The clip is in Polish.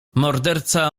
morderca